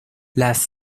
las